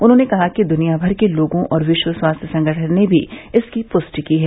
उन्होंने कहा कि दुनियाभर के लोगों और विश्व स्वास्थ्य संगठन ने भी इसकी पृष्टि की है